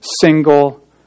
single